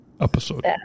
episode